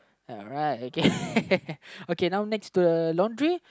ya right okay okay now next to the laundry